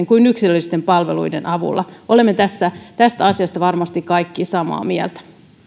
kuin yksilöllisten palveluiden avulla olemme tästä asiasta varmasti kaikki samaa mieltä